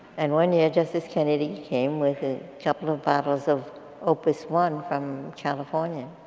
and one year justice kennedy came with a couple of bottles of opus one from california